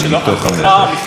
כן, תודה.